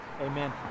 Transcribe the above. Amen